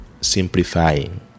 simplifying